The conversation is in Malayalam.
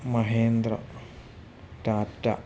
മഹേന്ദ്ര ടാറ്റ